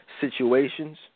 situations